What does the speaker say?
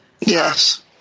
Yes